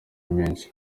menshi